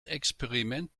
experiment